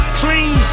clean